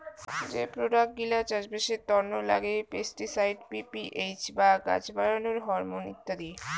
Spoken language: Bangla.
যে প্রোডাক্ট গিলা চাষবাসের তন্ন লাগে পেস্টিসাইড, পি.পি.এইচ বা গাছ বাড়ানোর হরমন ইত্যাদি